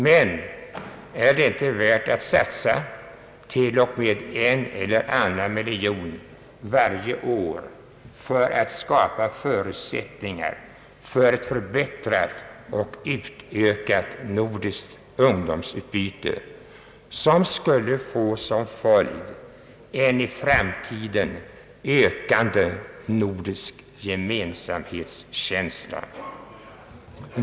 Men är det inte värt att satsa till och med en eller annan miljon varje år för att skapa förutsättningar för ett förbättrat och utökat nordiskt ungdomsutbyte, som skulle få som följd en i framtiden ökande nordisk gemensamhetskänsla?